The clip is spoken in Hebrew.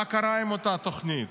מה קרה עם אותה תוכנית?